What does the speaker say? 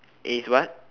is what